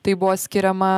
tai buvo skiriama